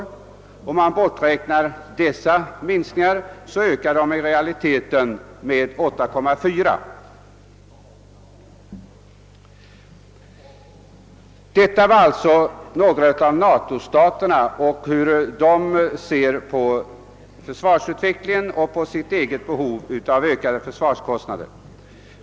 Om dessa minskningar borträknas, ökar USA:s försvarskostnader i realiteten med 8,4 procent. Detta var alltså några av Natosiaterna och hur de ser på försvarsutvecklingen och på sitt behov av ökade försvarskostnader.